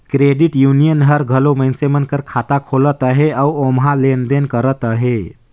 credit union हर घलो मइनसे मन कर खाता खोलत अहे अउ ओम्हां लेन देन करत अहे